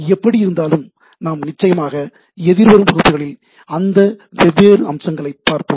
எப்படியிருந்தாலும் நாம் நிச்சயமாக எதிர்வரும் வகுப்புகளில் அந்த வெவ்வேறு அம்சங்களைப் பார்ப்போம்